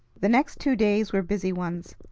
the next two days were busy ones.